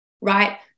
right